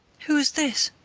who is this?